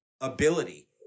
ability